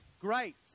great